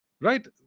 Right